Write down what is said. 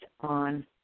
on